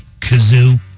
Kazoo